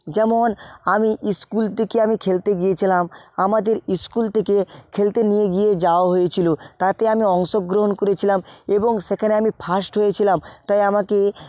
যেমন আমি ইস্কুল থেকে আমি খেলতে গিয়েছিলাম আমাদের ইস্কুল থেকে খেলতে নিয়ে গিয়ে যাওয়া হয়েছিল তাতে আমি অংশগ্রহণ করেছিলাম এবং সেখানে আমি ফার্স্ট হয়েছিলাম তাই আমাকে